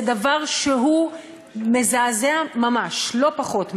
זה דבר שהוא מזעזע ממש, לא פחות מזה,